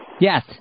Yes